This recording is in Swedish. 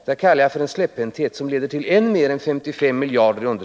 Det kallar jag för släpphänthet som leder till större underskott än 55 miljarder.